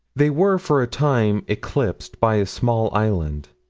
they were, for a time, eclipsed by a small island.